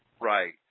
Right